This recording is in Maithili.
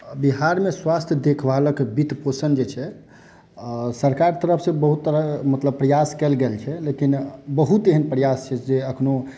बिहारमे स्वास्थ्य देखभालक वित्तपोषण जे छै सरकार तरफ से बहुत तरह मतलब प्रयास कयल गेल छै लेकिन बहुत एहेन प्रयास छै जे अखनो